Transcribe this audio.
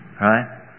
Right